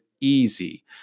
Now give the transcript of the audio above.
easy